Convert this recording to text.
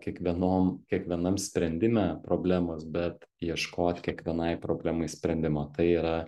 kiekvienom kiekvienam sprendime problemos bet ieškot kiekvienai problemai sprendimo tai yra